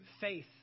faith